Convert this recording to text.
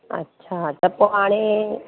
अच्छा त पोइ हाणे